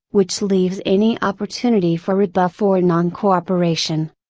which leaves any opportunity for rebuff or noncooperation.